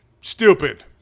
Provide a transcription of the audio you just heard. stupid